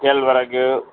கேழ்வரகு